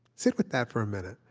sit with that for a minute.